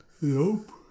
Nope